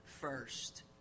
first